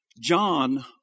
John